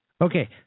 Okay